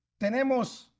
tenemos